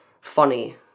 funny